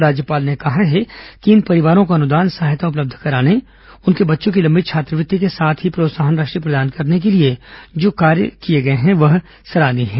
राज्यपाल ने कहा है कि इन परिवारों को अनुदान सहायता उपलब्ध कराने उनके बच्चों की लंबित छात्रवृत्ति के साथ ही प्रोत्साहन राशि प्रदान करने के लिए जो कार्य किए गए हैं वह सराहनीय है